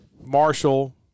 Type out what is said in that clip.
Marshall